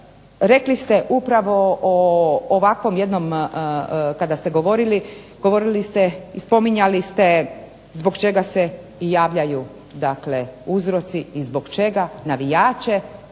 rekli ste upravo o ovakvom jednom kada ste govorili, govorili ste i spominjali ste zbog čega se javljaju dakle uzroci i zbog čega navijače